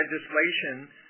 legislation